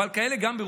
אבל גם כאלה ברוסיה,